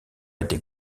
été